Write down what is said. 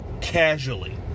casually